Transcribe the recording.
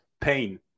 pain